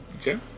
Okay